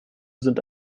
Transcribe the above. sind